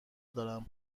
دارم